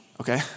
Okay